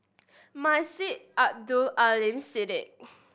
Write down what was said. Masjid Abdul Aleem Siddique